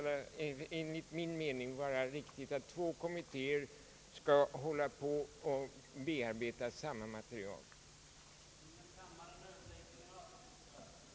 b) att riksdagen måtte uttala, att försöksverksamhet med olika former av medinflytande borde startas vid så många av kriminalvårdens institutioner som möjligt,